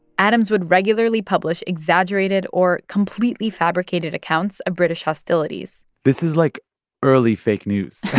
adams would regularly publish exaggerated or completely fabricated accounts of british hostilities this is like early fake news.